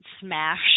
smash